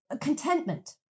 contentment